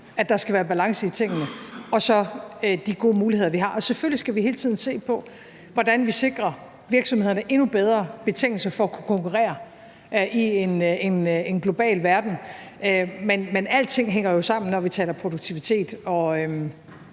at der skal være balance i tingene, og så de gode muligheder, vi har. Selvfølgelig skal vi hele tiden se på, hvordan vi sikrer virksomhederne endnu bedre betingelser for at kunne konkurrere i en global verden, men alting hænger jo sammen, når vi taler produktivitet, og